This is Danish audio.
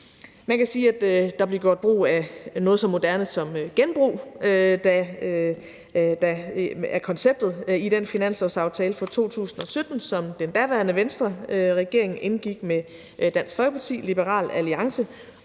Man kan sige, at der blev gjort brug af noget så moderne som genbrug af konceptet i den finanslovsaftale for 2017, som den daværende Venstreregering indgik med Dansk Folkeparti, Liberal Alliance